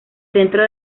centro